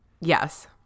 Yes